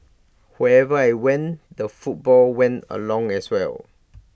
who every I went the football went along as well